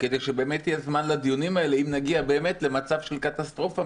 כדי שיהיה באמת זמן לדיונים האלה אם נגיע למצב של קטסטרופה.